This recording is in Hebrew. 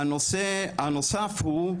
הנושא הנוסף הוא,